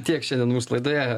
tiek šiandien mūsų laidoje